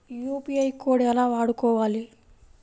UPI code ఎలా వాడుకోవాలి?